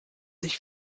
sich